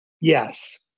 yes